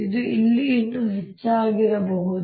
ಇದು ಇಲ್ಲಿ ಇನ್ನೂ ಹೆಚ್ಚಿರಬಹುದು